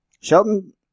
Shelton